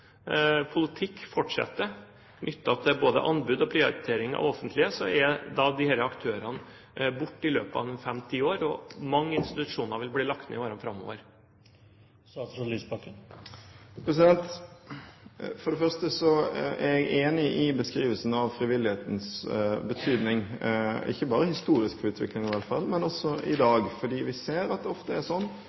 politikk fortsetter, knyttet til både anbud og prioritering av det offentlige, blir disse aktørene borte i løpet av fem–ti år, og mange institusjoner vil bli lagt ned i årene framover? For det første er jeg enig i beskrivelsen av frivillighetens betydning, ikke bare i historisk perspektiv, men også i dag, fordi vi ofte ser at frivillige og private organisasjoner først utvikler alternative metoder og når nye grupper, som det offentlige apparatet så er